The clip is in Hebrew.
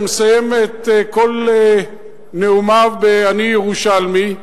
שמסיים את כל נאומיו ב"אני ירושלמי",